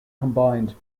combined